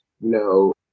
no